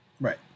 Right